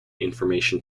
information